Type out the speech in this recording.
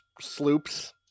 sloops